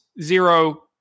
Zero